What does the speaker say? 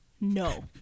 No